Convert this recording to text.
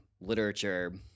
literature